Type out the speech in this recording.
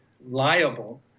liable